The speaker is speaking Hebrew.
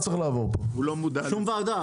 שום ועדה.